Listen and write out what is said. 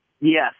Yes